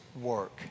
work